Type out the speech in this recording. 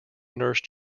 nurse